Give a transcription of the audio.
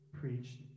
preached